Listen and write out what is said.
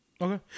Okay